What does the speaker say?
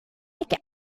like